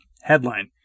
Headline